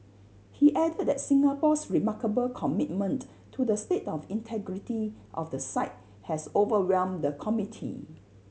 he added that Singapore's remarkable commitment to the state of integrity of the site has overwhelmed the committee